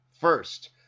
first